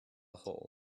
hole